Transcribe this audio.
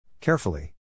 Carefully